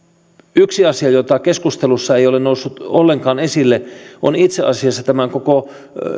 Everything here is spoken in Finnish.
yksi asia joka keskustelussa ei ole noussut ollenkaan esille on itse asiassa tämän koko